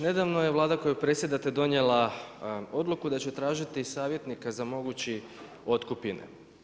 Nedavno je Vlada koju predsjedate donijela odluku da će tražiti savjetnika za mogući otkup INA-e.